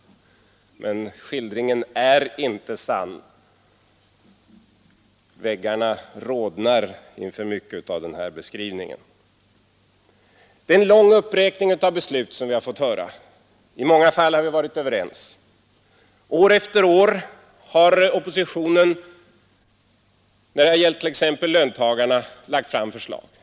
Men skildringen är inte sann. Väggarna borde rodna inför mycket av den här beskrivningen. Det är en lång uppräkning av beslut som vi har fått höra. I många fall har vi varit överens. År efter år har oppositionen, när det gällt t.ex. na, lagt fram förslag.